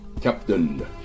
Captain